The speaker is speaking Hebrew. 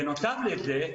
בנוסף לזה,